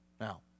Now